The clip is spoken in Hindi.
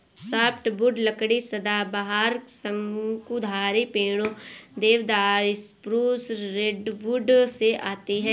सॉफ्टवुड लकड़ी सदाबहार, शंकुधारी पेड़ों, देवदार, स्प्रूस, रेडवुड से आती है